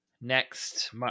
next